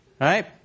right